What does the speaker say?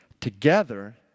Together